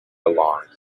along